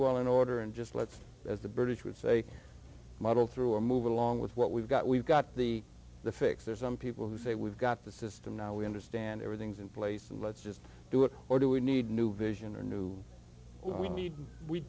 well in order and just let's as the british would say muddle through or move along with what we've got we've got the the fix there's some people who say we've got the system now we understand everything's in place and let's just do it or do we need new vision or new we need we